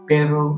Pero